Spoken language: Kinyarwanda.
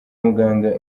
muganga